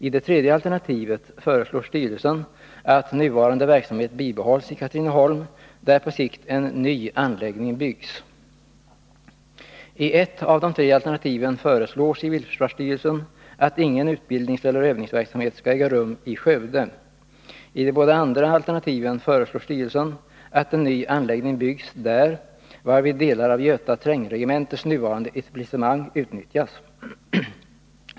I det tredje alternativet föreslår styrelsen att nuvarande verksamhet bibehålls i Katrineholm, där på sikt en ny anläggning byggs. I ett av de tre alternativen föreslår civilförsvarsstyrelsen att ingen utbildningseller övningsverksamhet skall äga rum i Skövde. I de båda andra alternativen föreslår styrelsen att en ny anläggning byggs där, varvid delar av Göta trängregementes nuvarande etablissement utnyttjas.